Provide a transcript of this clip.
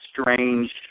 strange